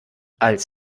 als